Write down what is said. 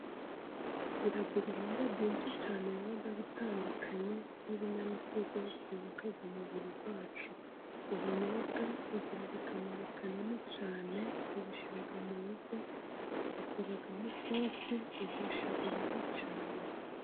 Tugira ibihingwa byinshi cyane, biba bitandukanye nk'ibinyamisogwe byubaka umubiri wacu, ubunyobwa bugira akamaro kanini cyane tubushyira mu biryo, tubukoramo isosi iryoshya ibiryo cyane.